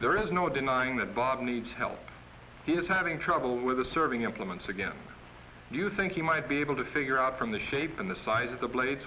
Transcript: there is no denying that bob needs help he is having trouble with the serving implements again you think you might be able to figure out from the shape and the size of the pla